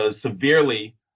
severely